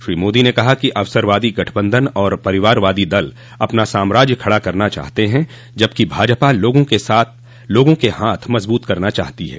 श्री मोदी ने कहा कि अवसरवादी गठबधन और परिवारवादी दल अपना साम्राज्य खड़ा करना चाहते हैं जबकि भाजपा लोगों के हाथ मजबूत करना चाहती है